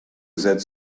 that